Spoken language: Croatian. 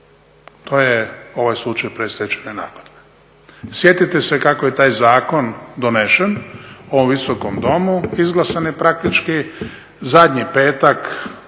To je ovaj slučaj predstečajne nagodbe. Sjetite se kako je taj zakon donesen u ovom Visokom domu. Izglasan je praktički zadnji petak